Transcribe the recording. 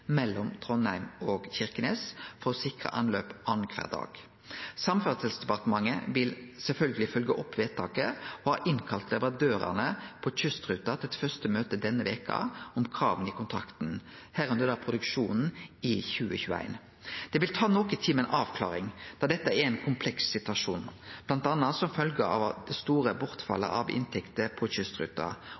mellom Trondheim og Kirkenes for å sikre anløp annankvar dag. Samferdselsdepartementet vil sjølvsagt følgje opp vedtaket og har kalla inn leverandørane på kystruta til eit første møte denne veka om krava i kontrakten, inklusiv produksjonen i 2021. Det vil ta noko tid med ei avklaring, da dette er ein kompleks situasjon, bl.a. som følgje av det store bortfallet av inntekter på kystruta